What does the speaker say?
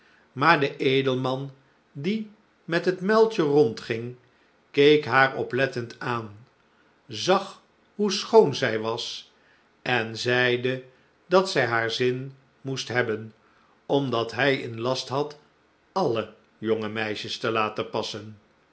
maar de edelman die met het muiltje rondging keek haar oplettend aan zag hoe schoon zij was en zeide dat zij haar zin moest hebben omdat hij in last had alle jonge meisjes te laten passen